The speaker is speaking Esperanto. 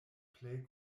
plej